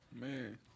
man